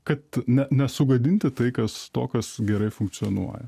kad ne nesugadinti tai kas to kas gerai funkcionuoja